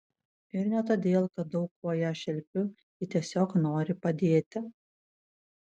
ir ne todėl kad daug kuo ją šelpiu ji tiesiog nori padėti